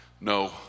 No